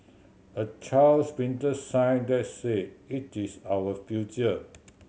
a child's printed sign that say it is our future